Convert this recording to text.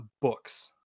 books